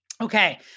Okay